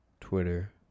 Twitter